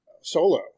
Solo